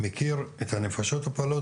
ומכיר את הנפשות הפועלות.